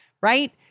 Right